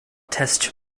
test